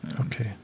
Okay